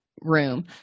room